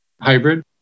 hybrid